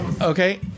okay